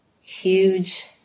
huge